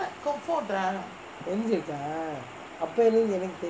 தெரிஞ்சிருக்கா அப்போ உள்ளது எனக்கு தெரியாது:terinjirukka appo ullathu enakku teriyaathu